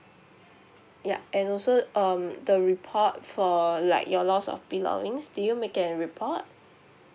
ya and also um the report for like your loss of belongings did you make an report